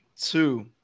two